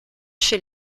chez